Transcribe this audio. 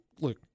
look